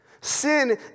Sin